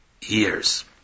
years